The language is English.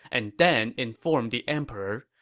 and then inform the emperor.